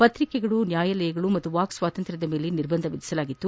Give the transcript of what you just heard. ಪತ್ರಿಕೆಗಳು ನ್ಯಾಯಾಲಯಗಳು ಹಾಗೂ ವಾಕ್ ಸ್ನಾತಂತ್ರ್ಯದ ಮೇಲೆ ನಿರ್ಬಂಧ ವಿಧಿಸಲಾಗಿತ್ತು